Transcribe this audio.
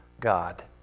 god